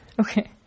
Okay